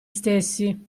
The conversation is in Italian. stessi